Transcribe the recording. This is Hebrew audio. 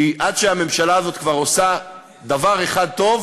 כי עד שהממשלה הזאת כבר עושה דבר אחד טוב,